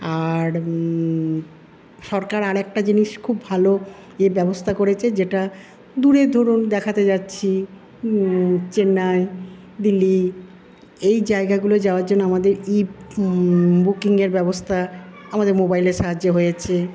আর সরকার আরেকটা জিনিস খুব ভালো ইয়ে ব্যবস্থা করেছে যেটা দূরে ধরুন দেখাতে যাচ্ছি চেন্নাই দিল্লি এই জায়গাগুলোয় যাওয়ার জন্য আমাদের ই বুকিংয়ের ব্যবস্থা আমাদের মোবাইলের সাহায্যে হয়েছে